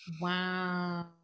Wow